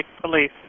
Police